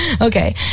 Okay